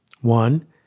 One